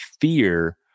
fear